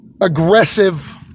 aggressive